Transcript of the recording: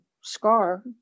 scar